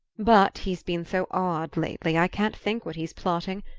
but he's been so odd lately i can't think what he's plotting.